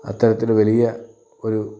അത്തരത്തിൽ വലിയ ഒരു